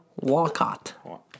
Walcott